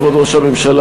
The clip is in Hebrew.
כבוד ראש הממשלה,